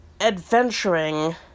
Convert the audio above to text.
adventuring